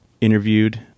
interviewed